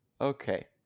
Okay